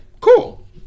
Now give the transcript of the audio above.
cool